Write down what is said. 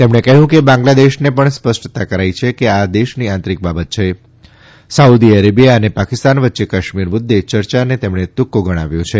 તેમણે કહ્યું કે બાંગ્લાદેશને પણ સ્પષ્ટતા કરાઇ છે કે આ દેશની આંતરિક બાબત છે સાઉદી અરેબિયા અને પાકિસ્તાન વચ્ચે કાશ્મીર મુદ્દે ચર્ચાને તેમણે તુક્કો ગણાવ્યો છે